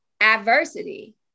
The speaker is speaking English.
adversity